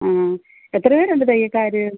ആ എത്ര പേരുണ്ട് തയ്യൽക്കാർ